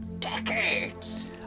decades